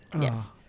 Yes